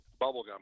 bubblegum